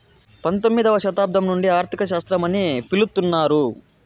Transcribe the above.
పంతొమ్మిదవ శతాబ్దం నుండి ఆర్థిక శాస్త్రం అని పిలుత్తున్నారు